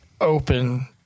open